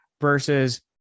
versus